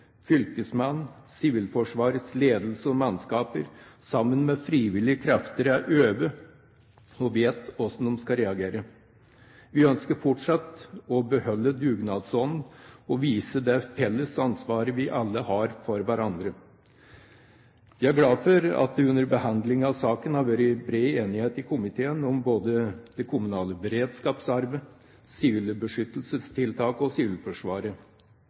Sivilforsvarets ledelse og mannskaper, sammen med frivillige krefter, er øvede og vet hvordan de skal reagere. Vi ønsker fortsatt å beholde dugnadsånd og vise det felles ansvaret vi har for hverandre. Jeg er glad for at det under behandlingen av saken har vært bred enighet i komiteen om både det kommunale beredskapsarbeidet, sivile beskyttelsestiltak og Sivilforsvaret,